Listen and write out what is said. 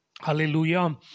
Hallelujah